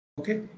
Okay